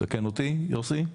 תקן אותי, יוסי.